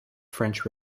french